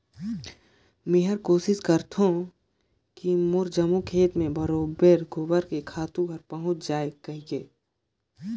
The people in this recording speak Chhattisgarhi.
मेहर कोसिस करथों की मोर जम्मो खेत मे बरोबेर गोबर के खातू हर पहुँच जाय कहिके